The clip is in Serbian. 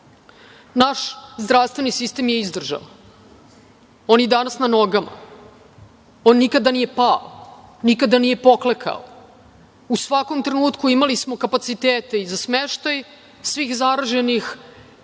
zdravstveni sistem je izdržao. On je danas na nogama. On nikada nije pao, nikada nije poklekao.U svakom trenutku imali smo kapacitete i smeštaj svih zaraženih